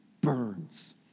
burns